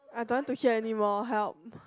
I don't want to hear anymore help